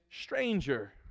stranger